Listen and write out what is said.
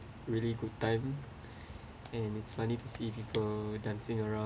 really good time and it's funny to see people dancing around